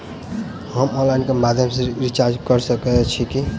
हम ऑनलाइन केँ माध्यम सँ रिचार्ज कऽ सकैत छी की?